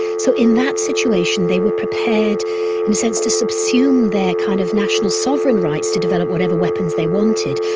so in that situation they were prepared in a sense, to subsume their kind of national sovereign rights to develop whatever weapons they wanted,